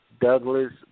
Douglas